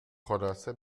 خلاصه